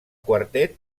quartet